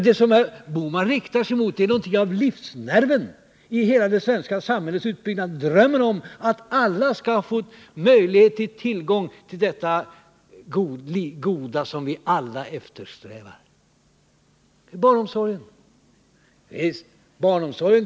Det som herr Bohman riktar sig mot är något av livsnerven i hela det svenska samhällets utbyggnad: drömmen om att alla skall få tillgång till det goda som vi alla eftersträvar. Det gäller också barnomsorgen.